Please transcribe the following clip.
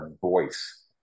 voice